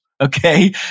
Okay